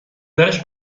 دارش